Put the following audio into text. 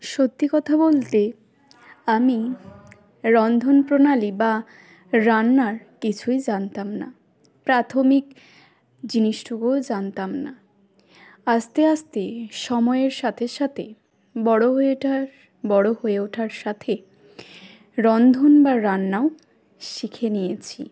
সত্যি কথা বলতে আমি রন্ধন প্রণালী বা রান্নার কিছুই জানতাম না প্রাথমিক জিনিসটুকুও জানতাম না আস্তে আস্তে সময়ের সাথে সাথে বড় হয়ে এটার বড় হয়ে ওঠার সাথে রন্ধন বা রান্নাও শিখে নিয়েছি